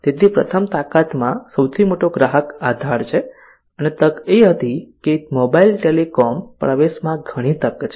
તેથી પ્રથમ તાકાતમાં સૌથી મોટો ગ્રાહક આધાર છે અને તક એ હતી કે મોબાઇલ ટેલિકોમ પ્રવેશમાં ઘણી તક છે